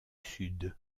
sud